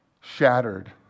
Shattered